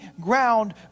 ground